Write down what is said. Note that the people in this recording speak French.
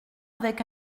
avec